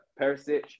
Perisic